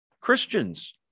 Christians